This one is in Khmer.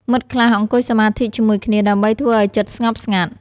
មិត្តខ្លះអង្គុយសមាធិជាមួយគ្នាដើម្បីធ្វើឲ្យចិត្តស្ងប់ស្ងាត់។